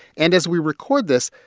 and as we record this,